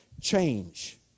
change